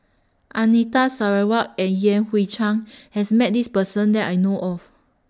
Anita Sarawak and Yan Hui Chang has Met This Person that I know of